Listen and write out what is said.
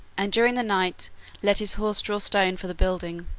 and during the night let his horse draw stone for the building.